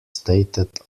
stated